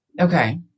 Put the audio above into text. Okay